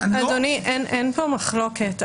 אדוני, אין כאן מחלוקת.